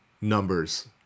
numbers